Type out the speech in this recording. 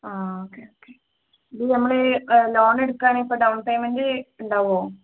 ആ okay okay ഇത് നമ്മൾ ലോണെ എടുക്കുകയാണെങ്കിൽ ഇപ്പം ഡൗൺ പേയ്മെൻറ് ഉണ്ടാവുമോ